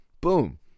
Boom